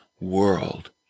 world